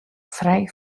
frij